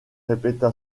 répéta